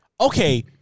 Okay